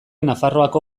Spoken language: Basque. nafarroako